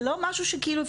זה לא משהו שכאילו,